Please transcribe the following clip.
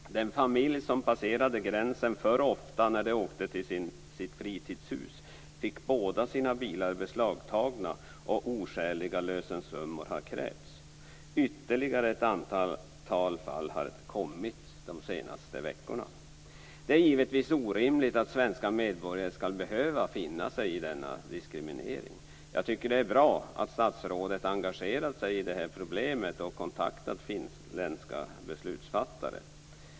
Den familj som passerade gränsen för ofta när den åkte till sitt fritidshus fick båda sina bilar beslagtagna, och oskäliga lösensummor har krävts. Ytterligare ett antal fall har inträffat de senaste veckorna. Det är givetvis orimligt att svenska medborgare skall behöva finna sig i denna diskriminering. Jag tycker att det är bra att statsrådet har engagerat sig i detta problem och kontaktat finländska beslutsfattare.